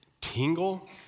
tingle